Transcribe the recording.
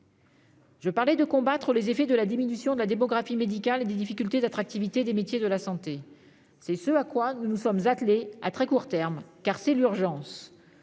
Je parlais de combattre les effets de la diminution de la démographie médicale et des difficultés d'attractivité des métiers de la santé. C'est ce à quoi nous nous sommes attelés à très court terme, car c'est l'urgence.